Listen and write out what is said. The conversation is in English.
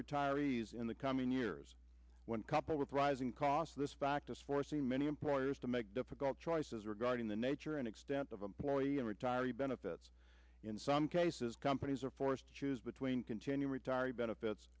retirees in the coming years when coupled with rising costs this fact is forcing many employers to make difficult choices regarding the nature and extent of employee and retiree benefits in some cases companies are forced to choose between continue retiree benefits